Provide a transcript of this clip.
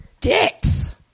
dicks